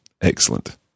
Excellent